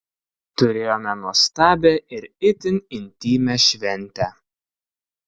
turėjome nuostabią ir itin intymią šventę